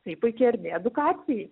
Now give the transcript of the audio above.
tai puiki erdvė edukacijai